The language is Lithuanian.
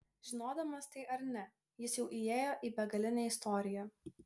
žinodamas tai ar ne jis jau įėjo į begalinę istoriją